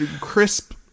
crisp